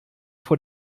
vor